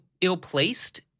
ill-placed